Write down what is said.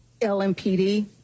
LMPD